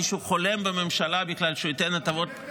מישהו בכלל חולם בממשלה שהוא ייתן הטבות --- אתה באמת